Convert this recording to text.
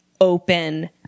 open